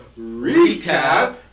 recap